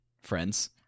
friends